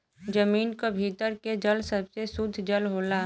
जमीन क भीतर के जल सबसे सुद्ध जल होला